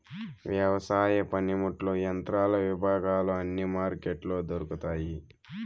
వ్యవసాయ పనిముట్లు యంత్రాల విభాగాలు అన్ని మార్కెట్లో దొరుకుతాయి